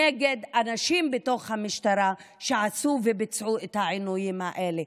נגד אנשים בתוך המשטרה שעשו וביצעו את העינויים האלה.